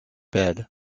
bed